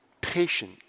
patient